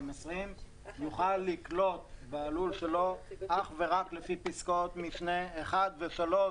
2020 יוכל לקלוט בלול שלו אך ורק לפי פסקאות משנה (1) ו-(3)